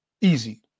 easy